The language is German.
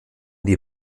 die